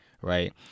right